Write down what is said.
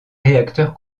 réacteurs